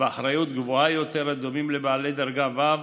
ואחריות גבוהים יותר, הדומים לבעלי דרגה ו'.